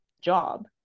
job